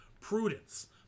prudence